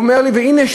והוא אומר לי: והנה,